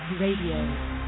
Radio